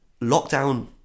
Lockdown